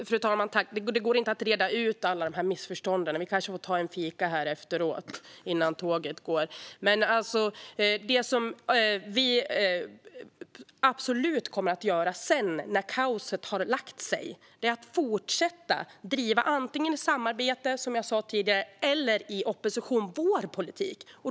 Fru talman! Det går inte reda ut alla dessa missförstånd. Vi kanske får ta en fika efteråt innan tåget går. Vad vi absolut kommer att göra sedan när kaoset har lagt sig är att antingen i samarbete eller i opposition fortsätta driva vår politik.